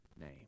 name